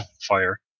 fire